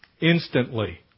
Instantly